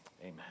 Amen